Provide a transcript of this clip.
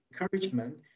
encouragement